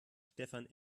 stefan